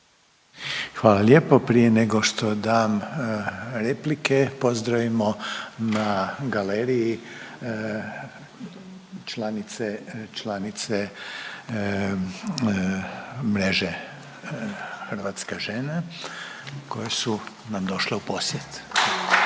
Hvala lijepo. Prije nego što dam replike, pozdravimo na galeriji članice, članice Mreže hrvatske žene koje su nam došle u posjetu…/Pljesak./….